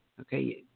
okay